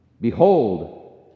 Behold